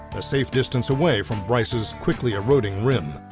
a safe distance away from bryce's quickly eroding rim.